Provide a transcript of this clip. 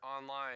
online